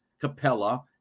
Capella